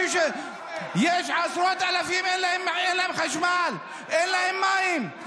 יש עשרות אלפים שאין להם חשמל, אין להם מים.